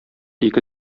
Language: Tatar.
ике